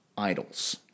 Idols